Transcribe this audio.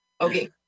okay